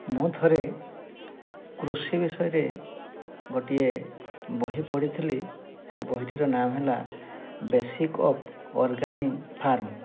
ମୁଁ ଥରେ କୃଷି ବିଷୟରେ ଗୋଟିଏ ବହି ପଢ଼ିଥିଲି ସେ ବହିଟିର ନାଁ ହେଲା ବେସିକ୍ ଅପ୍ ଅର୍ଗାନିକ୍ ଫାର୍ମ୍